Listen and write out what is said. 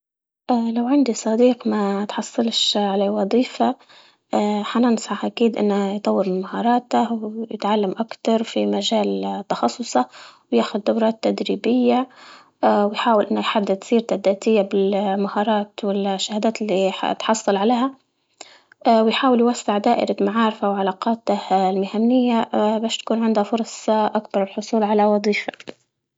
اه لو عندي صديق ما تحصلش على وظيفة اه حننصح أكيد إنه يطور المهارات ويتعلم أكثر في مجال تخصصه وياخد دورات تدريبية، اه ويحاول إنه يحدد سيرته الذاتية بالمهارات والشهادات اللي حتحصل عليها، اه ويحاول دائرة معارفه وعلاقاته المهنية اه باش تكون عنده فرص أكبر للحصول على وظيفة.